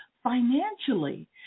financially